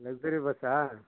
luxury ಬಸ್ಸಾ